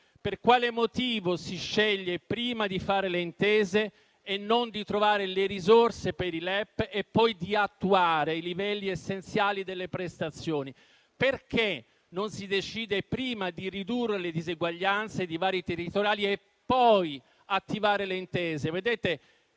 Per quale motivo si sceglie di fare prima le intese e non di trovare le risorse per i LEP e poi di attuare i livelli essenziali delle prestazioni? Perché non si decide prima di ridurre le diseguaglianze e i divari territoriali e poi di attivare le intese?